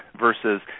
versus